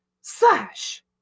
Slash